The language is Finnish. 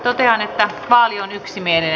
totean että vaali on yksimielinen